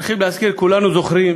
צריכים להזכיר, כולנו זוכרים